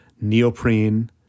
neoprene